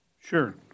Sure